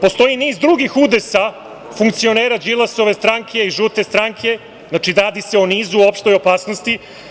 Postoji niz drugih udesa funkcionera Đilasove stranke i žute stranke, znači, radi se o nizu opšte opasnosti.